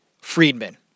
Friedman